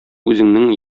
үзеңнең